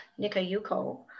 Nikayuko